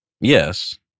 Yes